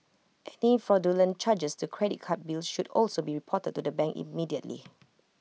any fraudulent charges to credit card bills should also be reported to the bank immediately